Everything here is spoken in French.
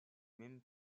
même